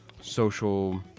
social